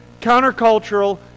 countercultural